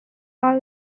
all